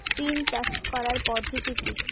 সিম চাষ করার পদ্ধতি কী?